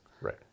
Right